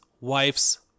wife's